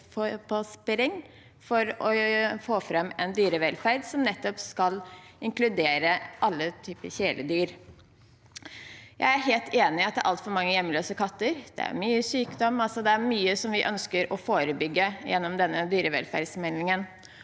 for å få lagt fram en dyrevelferdsmelding som skal inkludere alle typer kjæledyr. Jeg er helt enig i at det er altfor mange hjemløse katter og mye sykdom – det er mye vi ønsker å forebygge gjennom denne dyrevelferdsmeldingen.